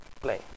Play